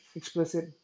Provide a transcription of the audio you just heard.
explicit